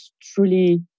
truly